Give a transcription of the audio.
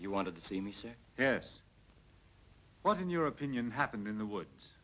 you want to see me say yes what in your opinion happened in the woods